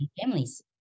families